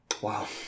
Wow